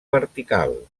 vertical